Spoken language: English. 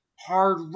hard